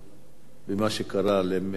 מה שקרה למשפחה,